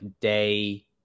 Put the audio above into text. day